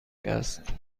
است